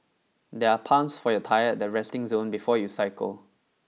there are pumps for your tyres at the resting zone before you cycle